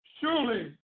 Surely